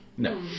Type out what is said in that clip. No